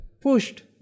pushed